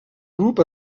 grup